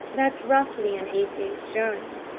that's roughly an eight-days' journey.